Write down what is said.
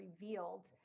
Revealed